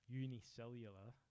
unicellular